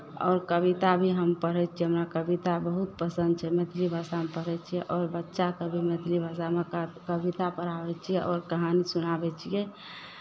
आओर कविता भी हम पढ़ै छियै हमरा कविता बहुत पसन्द छै मैथिली भाषामे पढ़ै छियै आओर बच्चाके भी मैथिली भाषामे काव कविता पढ़ाबै छियै आओर कहानी सुनाबै छियै